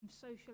social